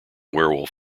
werewolf